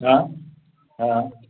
हा हा